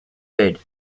bed